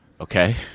Okay